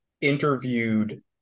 interviewed